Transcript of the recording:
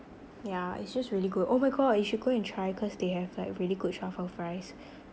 yeah it's just really good oh my god you should go and try cause they have like really good truffle fries